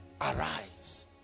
Arise